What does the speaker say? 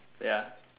ya